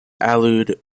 allude